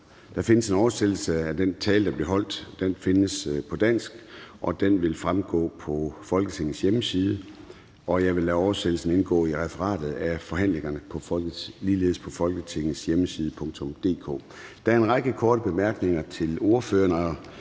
der findes en oversættelse af den tale, der blev holdt. Den findes på dansk, og den vil fremgå af Folketingets hjemmesider, og jeg vil lade oversættelsen indgå i referatet af forhandlingerne, ligeledes på Folketingets hjemmesider. Der er en række korte bemærkninger til ordføreren,